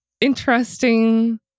interesting